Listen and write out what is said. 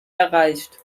erreicht